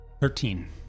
Thirteen